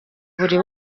buri